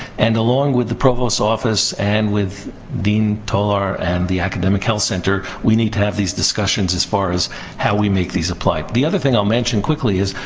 and, along with the provost's office and with dean tolar and the academic health center, we need to have these discussions as far as how we make these applied. the other thing i'll mention quickly is,